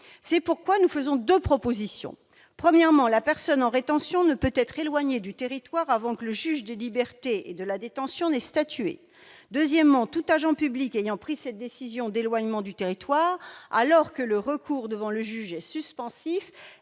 cet amendement, deux propositions. Premièrement, la personne en rétention ne pourrait être éloignée du territoire avant que le juge des libertés et de la détention ait statué. Deuxièmement, tout agent public ayant pris une décision d'éloignement du territoire alors que le recours devant le juge est suspensif